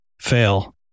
fail